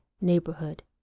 neighborhood